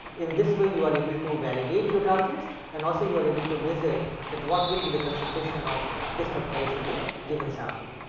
in this way you are able to validate your targets and also you are able to measure that what will be the concentration of these peptides in the given sample.